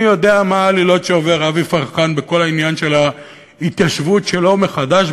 אני יודע מה הלילות שעובר אבי פרחן בכל העניין של ההתיישבות שלו מחדש,